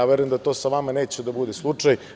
Verujem da to sa vama neće da bude slučaj.